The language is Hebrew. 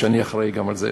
שאני אחראי גם לזה.